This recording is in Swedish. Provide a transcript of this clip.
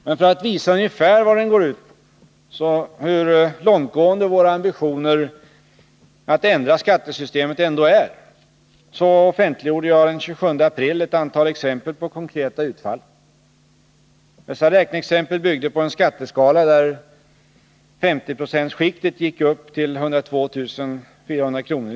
Men för att visa ungefär vad överenskommelsen går ut på, hur långtgående våra ambitioner att ändra skattesystemet ändå är, offentliggjorde jag den 27 april ett antal exempel på konkreta utfall. Dessa räkneexempel byggde på en skatteskala där 50 9o-skiktet gick upp till 102 400 kr.